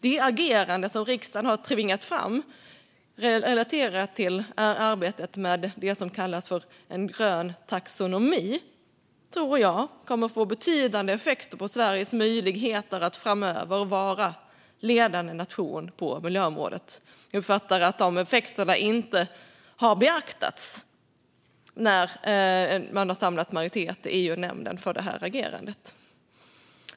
Det agerande som riksdagen har tvingat fram relaterat till arbetet med det som kallas för en grön taxonomi tror jag kommer att få betydande effekter på Sveriges möjligheter att framöver vara ledande nation på miljöområdet eftersom de effekterna inte har beaktats när man har samlat majoritet i EU-nämnden för det agerandet.